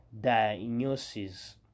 diagnosis